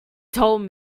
told